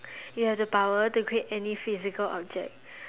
you have the power to create any physical object